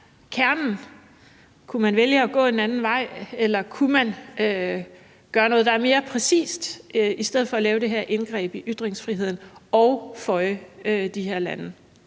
i det. Kunne man vælge at gå en anden vej, eller kunne man gøre noget, der er mere præcist, i stedet for at lave det her indgreb i ytringsfriheden og føje de her lande?